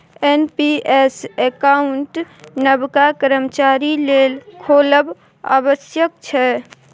NPS account नबका कर्मचारी लेल खोलब आबश्यक छै